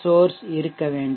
source இருக்க வேண்டும்